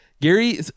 Gary